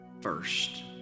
First